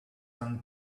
young